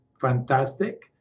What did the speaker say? fantastic